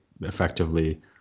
effectively